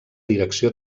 direcció